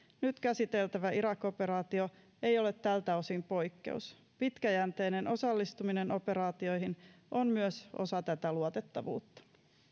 nyt käsiteltävä irak operaatio ei ole tältä osin poikkeus myös pitkäjänteinen osallistuminen operaatioihin on osa tätä luotettavuutta